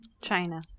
China